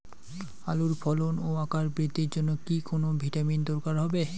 আলুর ফলন ও আকার বৃদ্ধির জন্য কি কোনো ভিটামিন দরকার হবে?